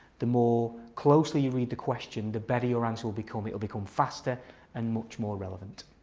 the more closely you read the question, the better your answer will become. it'll become faster and much more relevant.